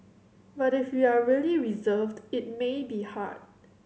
but if you are really reserved it may be hard